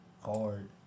hard